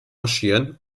marschieren